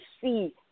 see